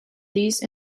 these